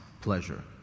pleasure